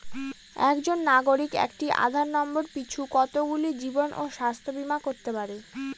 একজন নাগরিক একটি আধার নম্বর পিছু কতগুলি জীবন ও স্বাস্থ্য বীমা করতে পারে?